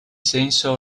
senso